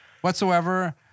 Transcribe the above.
whatsoever